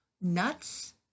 Nuts